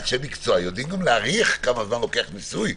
אנשי מקצוע יודעים להעריך כמה זמן לוקח ניסוי.